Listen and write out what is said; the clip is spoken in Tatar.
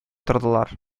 тордылар